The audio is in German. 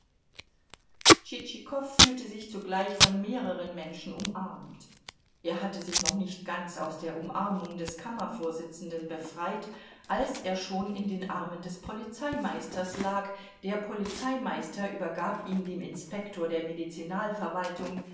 tschitschikow fühlte sich zugleich von mehreren menschen umarmt er hatte sich noch nicht ganz aus der umarmung des kammervorsitzenden befreit als er schon in den armen des polizeimeisters lag der polizeimeister übergab ihn dem inspektor der